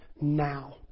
now